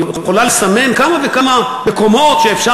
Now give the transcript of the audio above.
היא יכולה לסמן כמה וכמה מקומות שאפשר